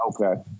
Okay